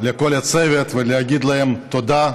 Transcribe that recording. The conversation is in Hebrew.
לכל הצוות, ולהגיד להם תודה,